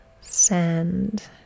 sand